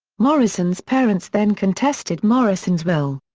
morrison's parents then contested morrison's will.